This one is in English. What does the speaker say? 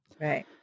Right